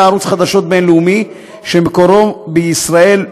ערוץ חדשות בין-לאומי שמקורו בישראל,